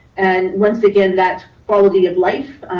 and once again, that quality of life,